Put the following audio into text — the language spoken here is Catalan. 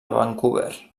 vancouver